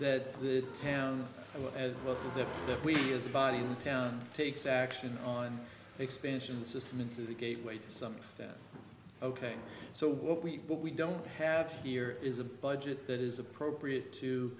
that the town that we as a body town takes action on the expansion system into the gateway to some extent ok so what we what we don't have here is a budget that is appropriate to